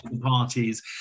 parties